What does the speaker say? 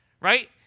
Right